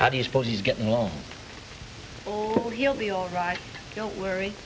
how do you suppose he's getting along he'll be all right don't worry